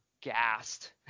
gassed